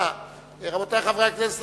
רבותי חברי הכנסת,